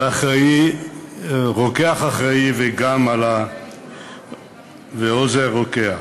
ויש רוקח אחראי ועוזר רוקח.